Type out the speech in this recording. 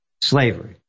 slavery